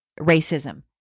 racism